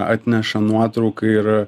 atneša nuotrauką ir